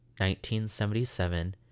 1977